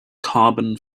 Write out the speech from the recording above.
carbon